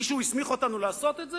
מישהו הסמיך אותנו לעשות את זה?